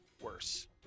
worse